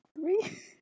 three